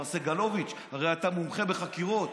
מר סגלוביץ', הרי אתה מומחה בחקירות.